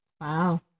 wow